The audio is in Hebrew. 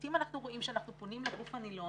לעתים אנחנו רואים שאנחנו פונים לגוף הנלון